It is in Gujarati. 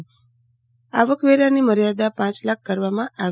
તેમજ આવકવેરાની મર્ચાદા પાંચ લાખ કરવામાં આવી